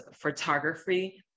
photography